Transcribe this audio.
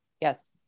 Yes